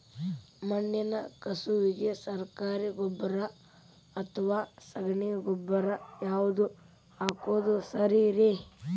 ಮಣ್ಣಿನ ಕಸುವಿಗೆ ಸರಕಾರಿ ಗೊಬ್ಬರ ಅಥವಾ ಸಗಣಿ ಗೊಬ್ಬರ ಯಾವ್ದು ಹಾಕೋದು ಸರೇರಿ?